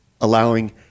allowing